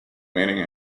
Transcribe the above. meaning